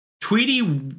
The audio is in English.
Tweety